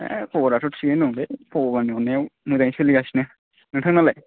ए खबराथ' थिकैनो दंलै भगबाननि अननायाव मोजाङै सोलिगासिनो नोंथांनालाय